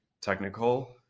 technical